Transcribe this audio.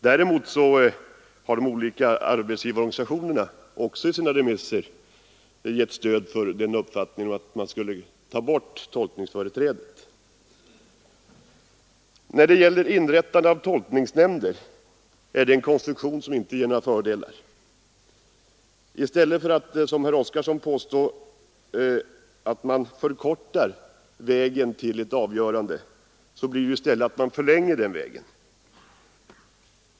Däremot har de olika arbetsgivarorganisationerna i sina remissyttranden gett stöd för uppfattningen att tolkningsföreträdet skulle tas bort. Inrättandet av tolkningsnämnder är en konstruktion som inte ger några fördelar. I stället för att, som herr Oskarson påstår, förkorta vägen till ett avgörande genom att inrätta tolkningsnämnder förlänger man den.